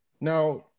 Now